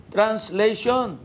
Translation